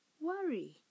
worry